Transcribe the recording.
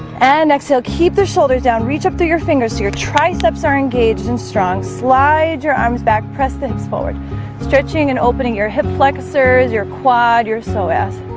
and exhale keep the shoulders down reach up through your fingers so your triceps are engaged and strong slide your arms back press things forward stretching and opening your hip flexors your quad. you're so ass